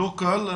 לא קלים.